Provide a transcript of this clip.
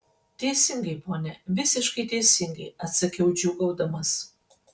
teisingai pone visiškai teisingai atsakiau džiūgaudamas